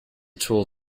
tool